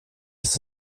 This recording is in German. ist